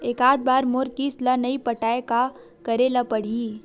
एकात बार मोर किस्त ला नई पटाय का करे ला पड़ही?